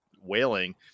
wailing